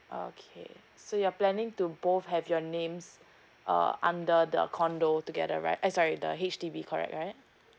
okay so you're planning to both have your names uh under the condo together right eh sorry the H_D_B correct right